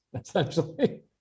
essentially